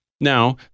Now